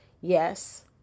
Yes